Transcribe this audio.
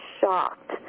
shocked